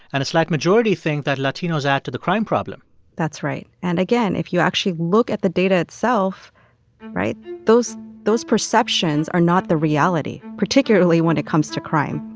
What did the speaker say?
and a slight majority think that latinos add to the crime problem that's right. and again, if you actually look at the data itself right? those those perceptions are not the reality, particularly when it comes to crime.